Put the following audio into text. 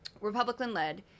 Republican-led